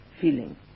feeling